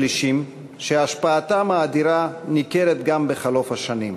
אישים שהשפעתם האדירה ניכרת גם בחלוף השנים.